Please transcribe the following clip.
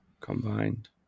combined